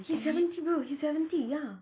he's seventy bro he's seventy ya